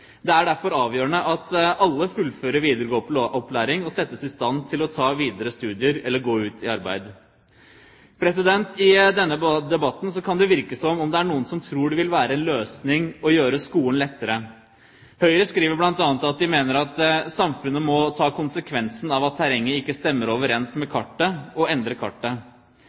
Det er derfor avgjørende at alle fullfører videregående opplæring og settes i stand til å ta videre studier eller gå ut i arbeid. I denne debatten kan det virke som om det er noen som tror det vil være en løsning å gjøre skolen lettere. Høyre skriver bl.a. at de «mener samfunnet må ta konsekvensen av at terrenget ikke stemmer overens med kartet og endre kartet».